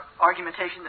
argumentation